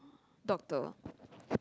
doctor